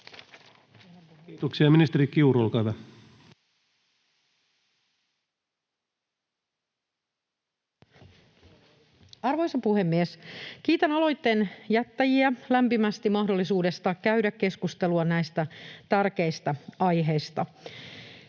Kiitoksia. — Ministeri Kiuru, olkaa hyvä. Arvoisa puhemies! Kiitän aloitteen jättäjiä lämpimästi mahdollisuudesta käydä keskustelua näistä tärkeistä aiheista.